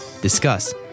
discuss